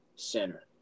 center